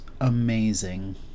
amazing